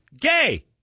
gay